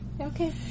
Okay